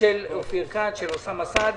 של חבר הכנסת אופיר כץ של אוסאמה סעדי,